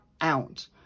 out